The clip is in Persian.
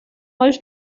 باهاش